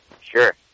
Sure